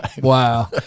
Wow